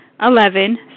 Eleven